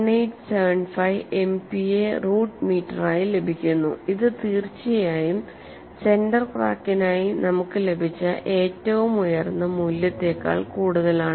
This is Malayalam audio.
1875 സിഗ്മ എംപിഎ റൂട്ട് മീറ്ററായി ലഭിക്കുന്നു ഇത് തീർച്ചയായും സെന്റർ ക്രാക്കിനായി നമുക്ക് ലഭിച്ച ഏറ്റവും ഉയർന്ന മൂല്യത്തേക്കാൾ കൂടുതലാണ്